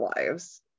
lives